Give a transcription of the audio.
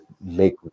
make